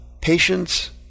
patience